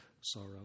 sorrow